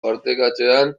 partekatzean